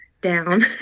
down